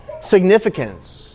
significance